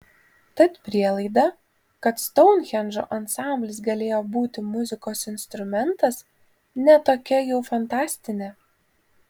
tad prielaida kad stounhendžo ansamblis galėjo būti muzikos instrumentas ne tokia jau fantastinė